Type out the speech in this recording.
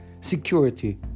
security